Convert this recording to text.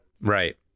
right